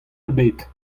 ebet